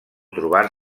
trobar